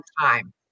time